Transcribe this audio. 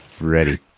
ready